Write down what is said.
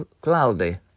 cloudy